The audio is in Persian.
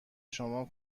شما